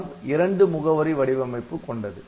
THUMB இரண்டு முகவரி வடிவமைப்பு கொண்டது